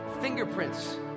fingerprints